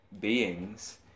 beings